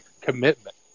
commitment